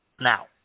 now